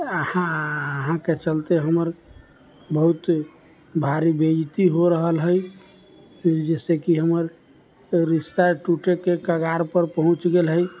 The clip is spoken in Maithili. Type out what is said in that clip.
अहाँ अहाँके चलते हमर बहुत भारी बेजती हो रहल हय जाहिसे कि हमर रिस्ता टुटै के कगार पर पहुँच गेल हय